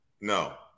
No